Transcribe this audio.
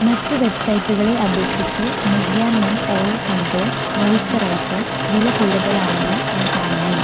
മറ്റു വെബ്സൈറ്റുകളെ അപേക്ഷിച്ച് Nivea men oil control moisturiser വില കൂടുതലാണെന്ന് ഞാൻ കാണുന്നു